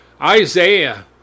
Isaiah